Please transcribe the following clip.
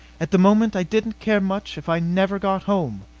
at the moment i didn't care much if i never got home!